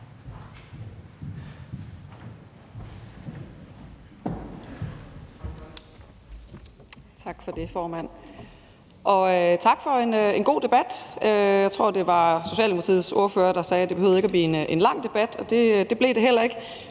Tak for det, formand, og tak for en god debat. Jeg tror, det var Socialdemokratiets ordfører, der sagde, at det ikke behøvede at blive en lang debat, og det blev det heller ikke.